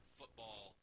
football